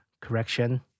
correction